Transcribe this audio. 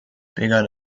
begun